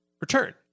return